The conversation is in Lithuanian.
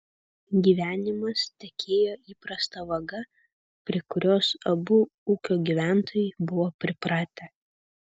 gyvenimas tekėjo įprasta vaga prie kurios abu ūkio gyventojai buvo pripratę